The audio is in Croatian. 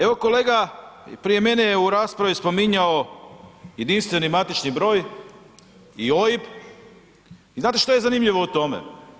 Evo kolega prije mene je u raspravi spominjao jedinstveni matični broj i OIB i znate šta je zanimljivo u tome?